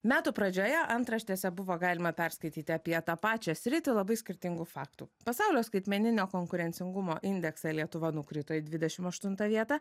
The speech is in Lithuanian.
metų pradžioje antraštėse buvo galima perskaityti apie tą pačią sritį labai skirtingų faktų pasaulio skaitmeninio konkurencingumo indekse lietuva nukrito į dvidešim aštuntą vietą